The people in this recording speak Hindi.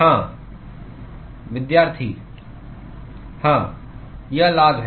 हां हाँ यह लॉग है